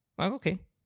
Okay